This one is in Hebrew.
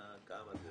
זה